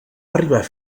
arribar